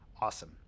Awesome